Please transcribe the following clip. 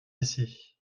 ici